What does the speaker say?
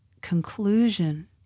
conclusion